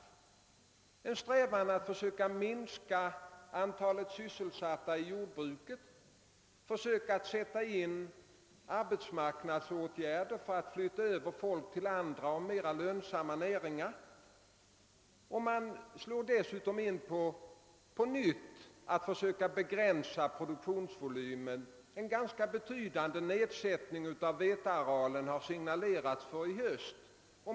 Där finns en strävan att försöka minska antalet i jordbruket sysselsatta och att försöka sätta in arbetsmarknadsåtgärder för att flytta över folk till andra och mera lönsamma näringar. Man slår dessutom på nytt in på vägen att försöka begränsa produktionsvolymen. En ganska betydande nedsättning av vetearealen har signalerats i höst.